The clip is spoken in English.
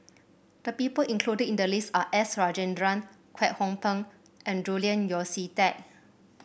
the people included in the list are S Rajendran Kwek Hong Png and Julian Yeo See Teck